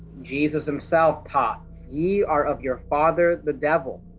jesus himself taught, ye are of your father the devil,